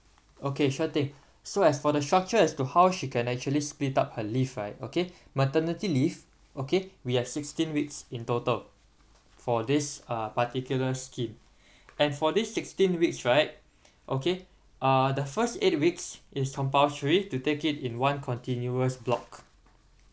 okay sure thing so as for the structure as to how she can actually split up her leave right okay maternity leave okay we have sixteen weeks in total for this uh particular scheme and for this sixteen weeks right okay uh the first eight weeks is compulsory to take it in one continuous block